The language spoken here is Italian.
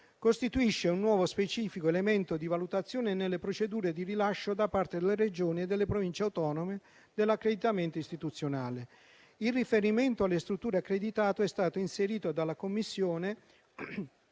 costituisca un nuovo specifico elemento di valutazione nelle procedure di rilascio, da parte delle Regioni e delle Province autonome, dell'accreditamento istituzionale. Il riferimento alle strutture accreditate è stato inserito dalla Commissione